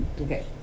Okay